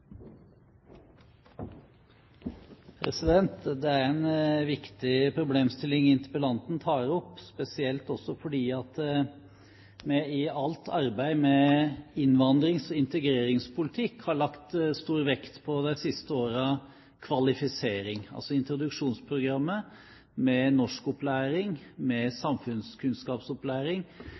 på. Det er en viktig problemstilling interpellanten tar opp, spesielt fordi vi i alt arbeidet med innvandrings- og integreringspolitikk har lagt stor vekt på kvalifisering de siste årene. Introduksjonsprogrammet, med norskopplæring og med samfunnskunnskapsopplæring,